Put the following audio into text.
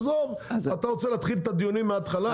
עזוב אתה רוצה להתחיל את הדיונים מהתחלה?